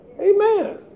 Amen